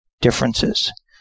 differences